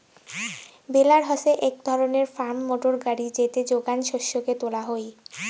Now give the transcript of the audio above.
বেলার হসে এক ধরণের ফার্ম মোটর গাড়ি যেতে যোগান শস্যকে তোলা হই